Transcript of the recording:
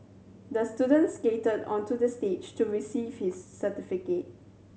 the student skated onto the stage to receive his certificate